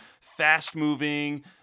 fast-moving